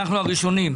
אנחנו הראשונים.